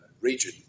region